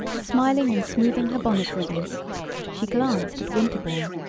smiling and smoothing her bonnet ribbons she glanced at winterbourne.